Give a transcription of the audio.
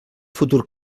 futur